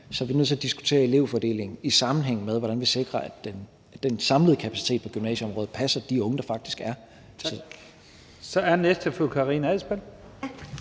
så er vi nødt til at diskutere elevfordelingen i sammenhæng med, hvordan vi sikrer, at den samlede kapacitet på gymnasieområdet passer til det antal unge, der faktisk er. Kl. 14:45 Første næstformand